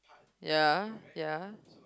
ya ya